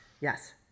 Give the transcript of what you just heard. Yes